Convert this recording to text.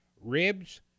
ribs